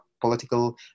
political